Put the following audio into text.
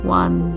one